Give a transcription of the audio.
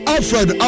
Alfred